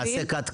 נעשה קאט.